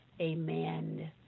amen